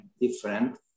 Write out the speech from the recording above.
different